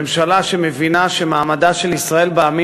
ממשלה שמבינה שמעמדה של ישראל בעמים